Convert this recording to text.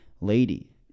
lady